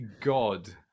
god